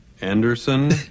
Anderson